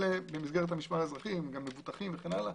במסגרת המשמר האזרחי, הם גם מבוטחים וכן הלאה.